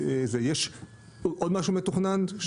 יש עוד משהו מתוכנן?